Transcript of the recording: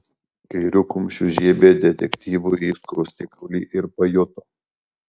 kairiu kumščiu žiebė detektyvui į skruostikaulį ir pajuto